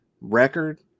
record